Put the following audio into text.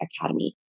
Academy